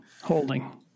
Holding